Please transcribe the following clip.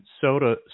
soda